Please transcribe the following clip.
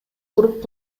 куруп